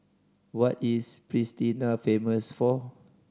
what is Pristina famous for